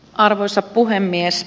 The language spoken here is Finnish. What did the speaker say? arvoisa puhemies